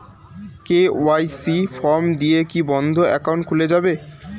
KYC form দিয়ে কি বন্ধ একাউন্ট খুলে যাবে?